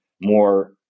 more